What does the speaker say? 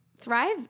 thrive